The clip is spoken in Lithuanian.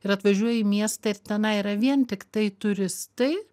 ir atvažiuoji į miestą ir tenai yra vien tiktai turistai